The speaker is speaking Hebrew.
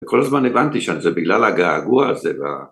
‫וכל הזמן הבנתי שאני... ‫זה בגלל הגעגוע הזה וה...